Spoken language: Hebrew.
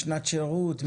שנת שירות,